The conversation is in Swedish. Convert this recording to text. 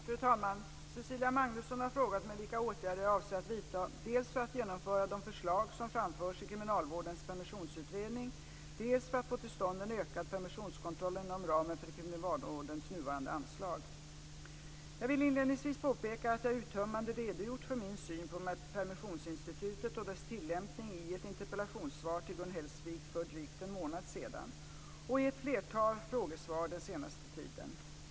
Fru talman! Cecilia Magnusson har frågat mig vilka åtgärder jag avser att vidta dels för att genomföra de förslag som framförs i kriminalvårdens permissionsutredning, dels för att få till stånd en ökad permissionskontroll inom ramen för kriminalvårdens nuvarande anslag. Jag vill inledningsvis påpeka att jag uttömmande redogjort för min syn på permissionsinstitutet och dess tillämpning i ett interpellationssvar till Gun Hellsvik för drygt en månad sedan och i ett flertal frågesvar den senaste tiden.